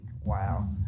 Wow